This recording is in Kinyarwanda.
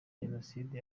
jenoside